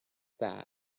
that